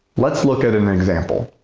let's look at an example